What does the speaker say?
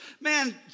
Man